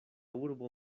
urbo